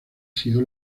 sido